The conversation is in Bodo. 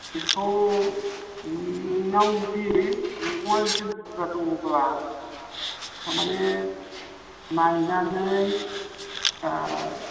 बेखौ नोंनाव जुदि मैगङा जुदि बुरजा दङब्ला थारमाने नायनानै